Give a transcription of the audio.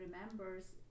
remembers